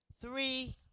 three